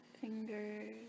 fingers